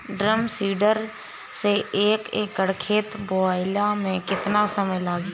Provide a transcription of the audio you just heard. Drum seeder से एक एकड़ खेत बोयले मै कितना समय लागी?